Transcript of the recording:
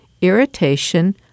irritation